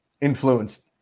influenced